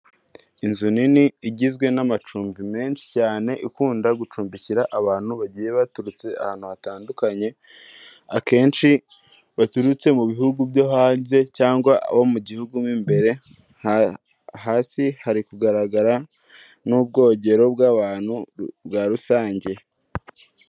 Inzu nini igizwe n'amacumbi menshi cyane ikunda gucumbikira abantu bagiye baturutse ahantu hatandukanye, akenshi baturutse mu bihugu byo hanze cyangwa abo mu gihugu imbere, hasi hari kugaragara n'ubwogero bw'abantu bwa rusange.